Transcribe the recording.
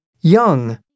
Young